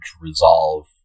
resolve